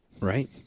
Right